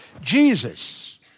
Jesus